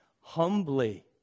Humbly